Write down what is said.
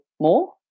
more